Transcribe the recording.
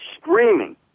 screaming